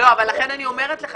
לכן אני אומרת לך